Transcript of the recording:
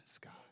God